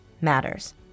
matters